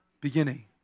beginning